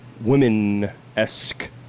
women-esque